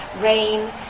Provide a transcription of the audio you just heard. rain